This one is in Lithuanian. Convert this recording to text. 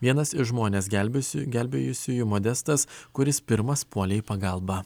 vienas iš žmones gelbėsiu gelbėjusiųjų modestas kuris pirmas puolė į pagalbą